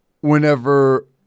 whenever